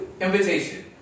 Invitation